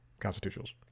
Constitutionals